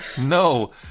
no